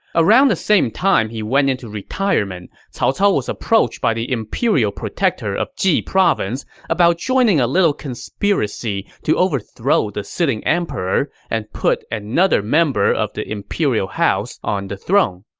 around the same time he went into retirement, cao cao was approached by the imperial protector of ji province about joining a little conspiracy to overthrow the sitting emperor and put another member of the imperial house on the throne.